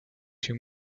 too